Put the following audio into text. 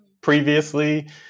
previously